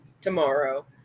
tomorrow